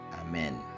Amen